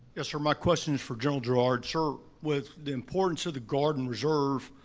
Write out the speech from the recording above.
yes, sir, my question is for general jarrard. sir, with the importance of the guard and reserve,